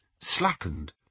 slackened